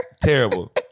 Terrible